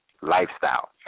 lifestyle